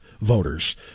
voters